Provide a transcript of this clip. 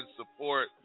support